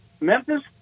Memphis